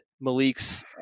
Malik's